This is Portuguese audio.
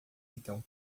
então